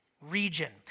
region